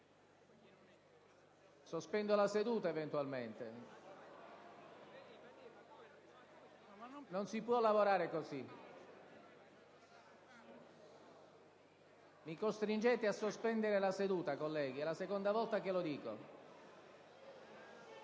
Sospendo la seduta, eventualmente. *(Brusìo).* Non si può lavorare così. Mi costringete a sospendere la seduta, colleghi: è la seconda volta che lo dico.